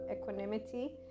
equanimity